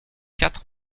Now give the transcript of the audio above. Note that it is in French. quatre